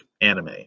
anime